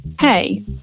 Hey